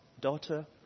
daughter